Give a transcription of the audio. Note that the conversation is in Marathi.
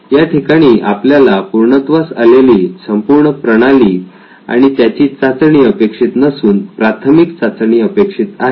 या ठिकाणी आपल्याला पूर्णत्वास आलेली संपूर्ण प्रणाली आणि त्याची चाचणी अपेक्षित नसून प्राथमिक चाचणी अपेक्षित आहे